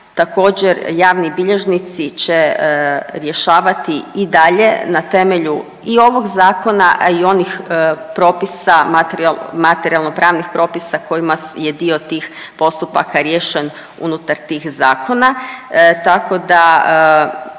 također javni bilježnici će rješavati i dalje na temelju i ovog zakona, a i onih propisa, materijal…, materijalno pravnih propisa kojima je dio tih postupaka riješen unutar tih zakona, tako da